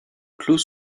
clôt